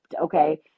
okay